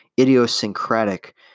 idiosyncratic